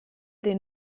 den